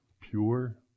pure